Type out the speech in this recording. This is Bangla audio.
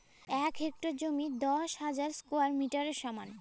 এক হেক্টর জমি দশ হাজার স্কোয়ার মিটারের সমান